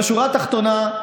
בשורה התחתונה,